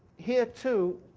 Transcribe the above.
here too,